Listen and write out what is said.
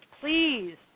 Please